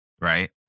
right